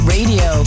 Radio